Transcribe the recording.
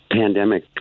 Pandemic